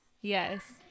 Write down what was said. Yes